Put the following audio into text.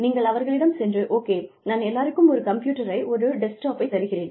நீங்கள் அவர்களிடம் சென்று ஓகே நான் எல்லோருக்கும் ஒரு கம்ப்யூட்டரை ஒரு டெஸ்க்டாப்பை தருகிறேன்